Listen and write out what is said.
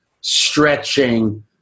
stretching